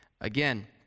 again